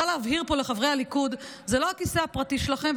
אני רוצה להבהיר פה לחברי הליכוד: זה לא הכיסא הפרטי שלכם,